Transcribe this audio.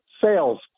sales